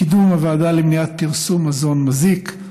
קידום הוועדה למניעת פרסום מזון מזיק,